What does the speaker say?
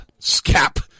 scap